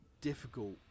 difficult